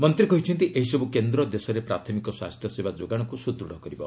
ମନ୍ତ୍ରୀ କହିଛନ୍ତି ଏହିସର୍ କେନ୍ଦ୍ର ଦେଶରେ ପ୍ରାଥମିକ ସ୍ୱାସ୍ଥ୍ୟସେବା ଯୋଗାଣକୁ ସୁଦୃଢ଼ କରିବ